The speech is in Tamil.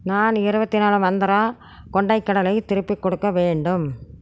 நான் இருபத்தி நாலு மந்த்ரா கொண்டைக் கடலை திருப்பிக் கொடுக்க வேண்டும்